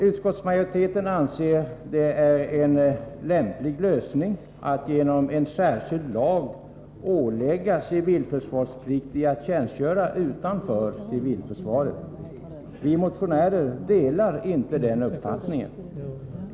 Utskottsmajoriteten anser att det är en lämplig lösning att genom en särskild lag ålägga civilförsvarspliktiga att tjänstgöra utanför civilförsvaret. Vi motionärer delar inte den uppfattningen.